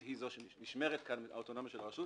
היא זו שנשמרת כאן האוטונומיה של רשות